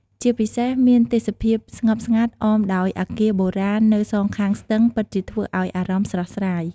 ជាពិសេសមានទេសភាពស្ងប់ស្ងាត់អមដោយអគារបុរាណនៅសងខាងស្ទឹង ពិតជាធ្វើឱ្យអារម្មណ៍ស្រស់ស្រាយ។